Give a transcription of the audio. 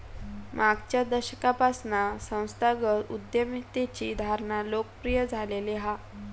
मागच्या दशकापासना संस्थागत उद्यमितेची धारणा लोकप्रिय झालेली हा